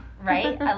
Right